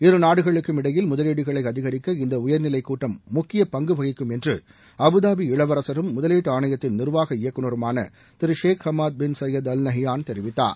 இருநாடுகளுக்கும் இடையில் முதலீடுகளை அதிகரிக்க இந்த உயர்நிலைக்கூட்டம் முக்கிய பங்கு வகிக்கும் என்று அபுதாபி இளவரசரும் முதலீட்டு ஆணையத்தின் நிர்வாக இயக்குநருமான திரு Sheikh Hamad bin Zayed Al Nahyan தெரிவித்தார்